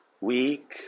weak